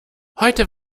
heute